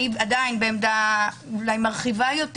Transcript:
עדיין בעמדה מרחיבה יותר.